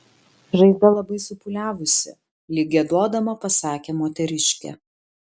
žaizda labai supūliavusi lyg giedodama pasakė moteriškė